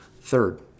Third